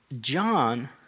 John